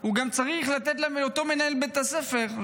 הוא גם צריך לתת לאותו מנהל בית ספר,